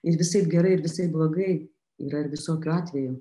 ir visaip gerai visaip blogai yra ir visokių atvejų